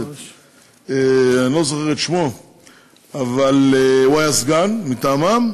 הכנסת, אני לא זוכר את שמו אבל הוא היה סגן מטעמם,